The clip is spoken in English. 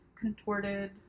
contorted